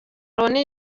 loni